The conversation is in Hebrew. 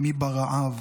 מי ברעב